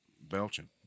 belching